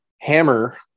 hammer